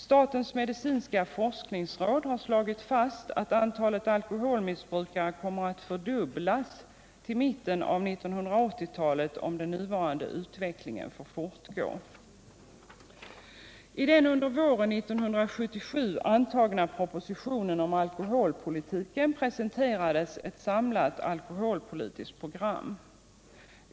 Statens medicinska forskningsråd har slagit fast att antalet alkoholmissbrukare kommer att fördubblas till mitten av 1980-talet om den nuvarande utvecklingen får fortgå. I den under våren 1977 antagna propositionen om alkoholpolitiken presenterades ett samlat alkoholpolitiskt program.